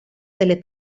delle